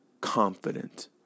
confident